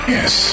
Yes